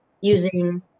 using